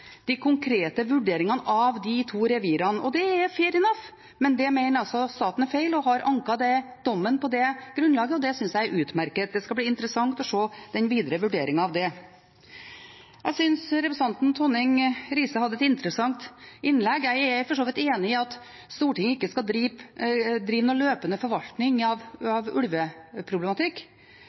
de konkrete vurderingene av de to revirene. Det er «fair enough», men det mener altså staten er feil, og de har anket dommen på det grunnlaget. Det synes jeg er utmerket. Det skal bli interessant å se den videre vurderingen av det. Jeg synes representanten Tonning Riise hadde et interessant innlegg. Jeg er for så vidt enig i at Stortinget ikke skal drive noen løpende forvaltning av ulveproblematikk.